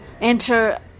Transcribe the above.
enter